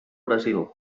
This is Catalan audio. brasil